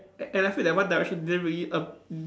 a~ and I feel that one direction didn't really ap~